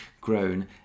grown